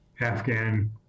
Afghan